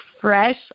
fresh